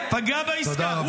פגע בעסקה.